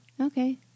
Okay